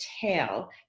tail